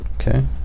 Okay